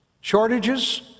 shortages